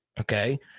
okay